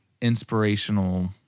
inspirational